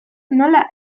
nola